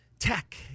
tech